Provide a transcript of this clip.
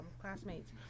classmates